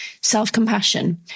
self-compassion